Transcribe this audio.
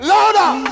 Louder